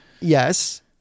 Yes